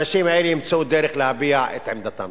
האנשים האלה ימצאו דרך להביע את עמדתם.